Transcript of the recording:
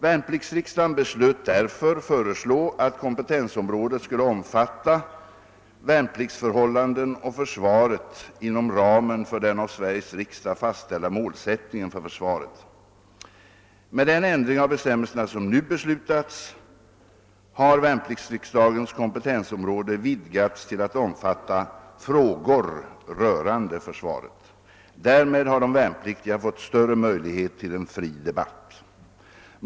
Värnpliktsriksdagen beslöt därför föreslå att kompetensområdet skulle omfatta »värnpliktsförhållanden och försvaret inom ramen för den av Sveriges riksdag fastställda målsättningen för försvaret». Med den ändring av bestämmelserna som nu beslutats har värnpliktsriksdagens kompetensområde. vidgats till att omfatta »frågor rörande försvaret». Därmed har de värnpliktiga fått större möjligheter till en fri debatt.